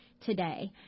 Today